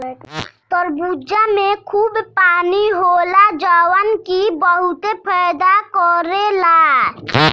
तरबूजा में खूब पानी होला जवन की बहुते फायदा करेला